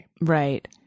Right